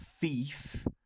thief